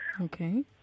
okay